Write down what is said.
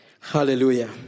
Hallelujah